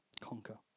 conquer